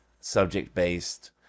subject-based